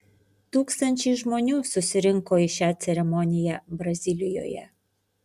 tūkstančiai žmonių susirinko į šią ceremoniją brazilijoje